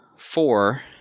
Four